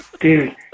Dude